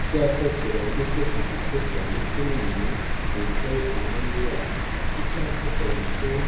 Icyapa kirambitse ku gikuta ndetse n'umuntu wicaye impande yacyo. Icyo cyapa cyanditseho